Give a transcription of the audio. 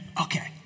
okay